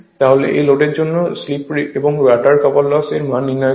তাহলে এই লোডের জন্য স্লিপ এবং রটার কপার লস এর মান নির্ণয় করুন